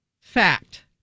Fact